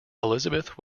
elizabeth